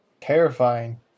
Terrifying